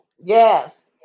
yes